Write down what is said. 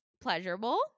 pleasurable